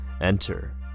Enter